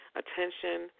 attention